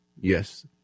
yes